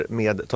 med